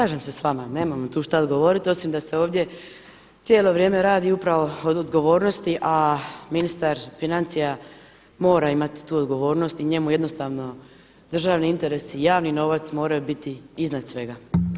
Slažem se s vama, nemam tu šta odgovorit osim da se ovdje cijelo vrijeme radi upravo o odgovornosti, a ministar financija mora imati tu odgovornost i njemu jednostavno državni interesi, javni novac moraju biti iznad svega.